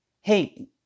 Hey